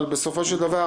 אבל בסופו של דבר,